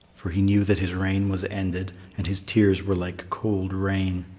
for he knew that his reign was ended, and his tears were like cold rain.